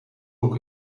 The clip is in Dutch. hoek